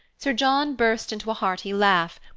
sir john burst into a hearty laugh,